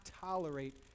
tolerate